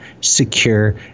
secure